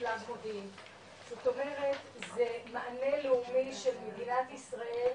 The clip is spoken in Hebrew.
זאת אומרת זה מענה לאומי של מדינת ישראל